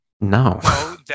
No